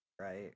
right